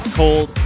cold